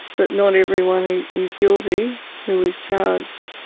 but not everyone is guilty who is charged.